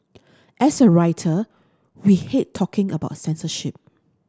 as a writer we hate talking about censorship